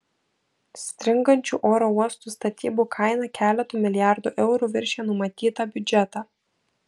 stringančių oro uosto statybų kaina keletu milijardų eurų viršija numatytą biudžetą